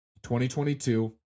2022